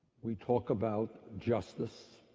we talk about justice.